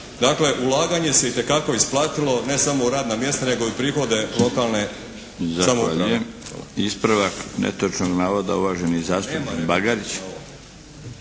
Dakle, ulaganje se itekako isplatilo ne samo u radna mjesta nego i prihode lokalne samouprave.